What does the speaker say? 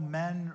men